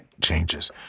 changes